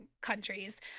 countries